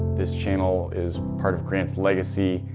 this channel is part of grant's legacy.